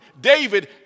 David